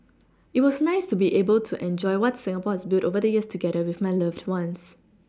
it was nice to be able to enjoy what Singapore has built over the years together with my loved ones